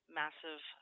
massive